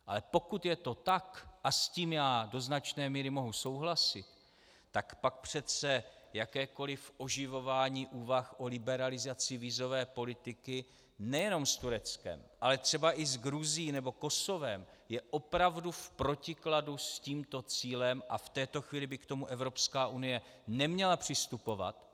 Ale pokud je to tak, a s tím já do značné míry mohu souhlasit, tak pak přece jakékoli oživování úvah o liberalizaci vízové politiky nejenom s Tureckem, ale třeba i s Gruzií nebo Kosovem, je opravdu v protikladu s tímto cílem a v této chvíli by k tomu Evropská unie neměla přistupovat.